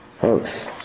Folks